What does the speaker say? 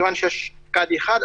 מכיוון שיש קאדי אחד.